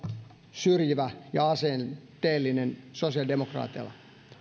syrjivä ja asenteellinen sosiaalidemokraateilla